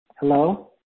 Hello